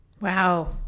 Wow